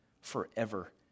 forever